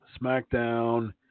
SmackDown